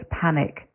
panic